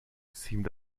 seemed